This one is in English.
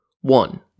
One